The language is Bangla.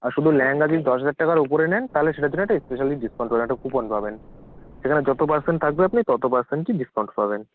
আর শুধু ল্যাহেঙ্গা যদি দশ হাজার টাকার ওপরে নেন তাহলে সেটার জন্য একটা এস্পেশালি ডিসকাউন্ট পাবেন একটা কুপন পাবেন সেখানে যত পার্সেন্ট থাকবে আপনি তত পার্সেন্টই ডিসকাউন্ট পাবেন